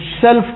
self